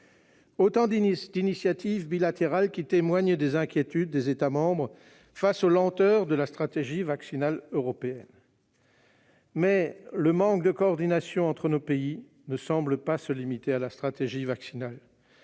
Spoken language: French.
Autant d'initiatives bilatérales qui témoignent des inquiétudes des États membres face aux lenteurs de la stratégie vaccinale européenne. Le manque de coordination entre nos pays ne semble pas se limiter à la stratégie vaccinale.